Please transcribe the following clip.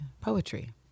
poetry